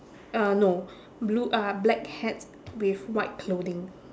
uh no blue uh black hat with white clothing